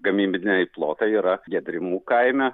gamybiniai plotai yra gedrimų kaime